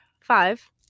five